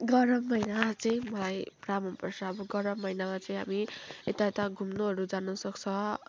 गरम महिना चाहिँ मलाई पुरा मनपर्छ अब गरम महिनामाचाहिँ हामी यता उता घुम्नुहरू जानुसक्छ